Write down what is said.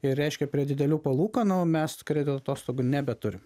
ir reiškia prie didelių palūkanų o mes kredito atostogų nebeturim